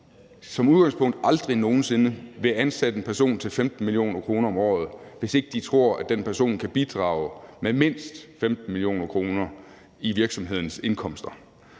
som udgangspunkt aldrig nogen sinde vil ansætte en person til 15 mio. kr. om året, hvis ikke de tror, at den person kan bidrage med mindst 15 mio. kr. i virksomhedens indkomster.